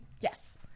Yes